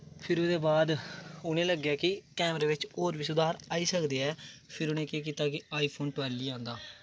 फिर उ'नें गी लग्गेआ कि कैमरे बिच्च होर बी सुधार आई सकदे ऐं फिर उ'नें केह् कीता कि आई फोन टवैल्व ही आंदा